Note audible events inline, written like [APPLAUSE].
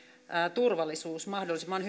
turvallisuus mahdollisimman [UNINTELLIGIBLE]